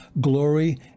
glory